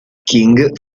king